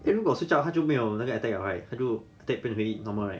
eh 如果 switch out 他就没有那个 attack liao right 他就变成 normal right